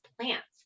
plants